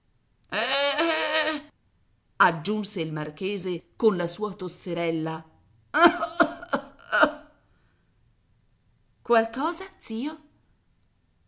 aggiunse il marchese con la sua tosserella eh eh qualcosa zio